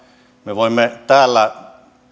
me voimme täällä